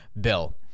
bill